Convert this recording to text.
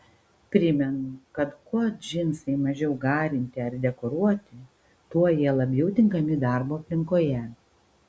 primenu kad kuo džinsai mažiau garinti ar dekoruoti tuo jie labiau tinkami darbo aplinkoje